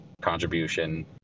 contribution